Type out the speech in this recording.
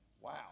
wow